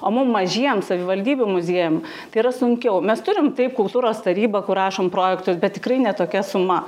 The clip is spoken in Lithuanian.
o mum mažiem savivaldybių muziejam tai yra sunkiau mes turim taip kultūros tarybą kur rašom projektus bet tikrai ne tokia suma